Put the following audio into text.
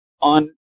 on